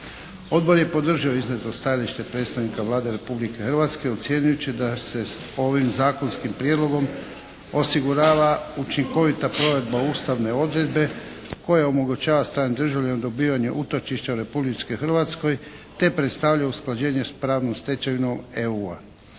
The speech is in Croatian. Odbor je podržao iznijeto stajalište predstavnika Vlade Republike Hrvatske ocjenjujući da se ovim zakonskim prijedlogom osigurava učinkovita provedba ustavne provedbe koja omogućava stranim državljanima dobivanje utočišta Republici Hrvatskoj te predstavlja usklađenje s pravnom stečevinom EU-a.